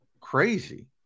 crazy